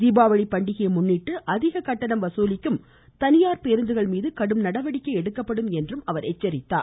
தீபாவளி பண்டிகையை முன்னிட்டு அதிக கட்டணம் வசூலிக்கும் தனியார் பேருந்துகள் மீது கடும் நடவடிக்கை எடுக்கப்படும் என்றும் அவர் எச்சரித்தார்